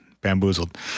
bamboozled